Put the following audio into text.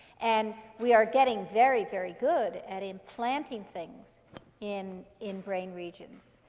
and we are getting very, very good at implanting things in in brain regions.